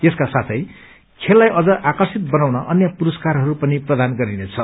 यसको साथै खेललाई अभ्नि आकर्षित बनाउन अन्य पुरस्कारहरू पनि प्रदान गरिनेछ